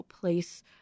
place